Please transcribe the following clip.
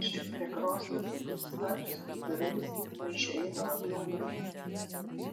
ši prie krosnies apsistačiusi kibirais maišė ėdalą kiaulėms